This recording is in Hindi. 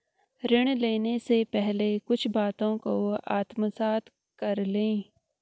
ऋण लेने से पहले कुछ बातों को आत्मसात कर लें